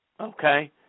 Okay